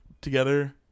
together